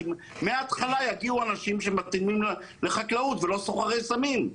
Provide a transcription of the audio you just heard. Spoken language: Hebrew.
שמההתחלה יגיעו אנשים שמתאימים לחקלאות ולא סוחרי סמים.